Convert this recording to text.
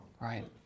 Right